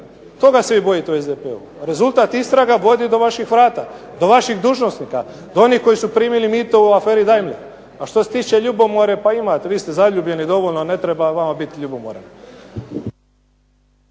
toga se vi bojite u SDP-u. Rezultat istraga vodi do vaših vrata, do vaših dužnosnika, do onih koji su primili mito u aferi Daimler. A što se tiče ljubomore pa imate, vi ste zaljubljeni dovoljno, ne treba vama biti ljubomoran.